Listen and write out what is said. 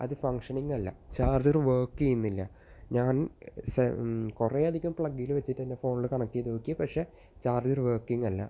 അത് ഫങ്ക്ഷനിങ് അല്ല charger work ചെയ്യുന്നില്ല ഞാൻ സം കുറെയധികം പ്ലെഗില് വെച്ചിട്ട് തന്നെ ഫോണില് കണക്ട് ചെയ്ത് നോക്കി പക്ഷെ ചാർജറ് വർക്കിംഗ് അല്ല